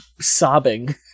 sobbing